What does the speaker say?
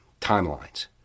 timelines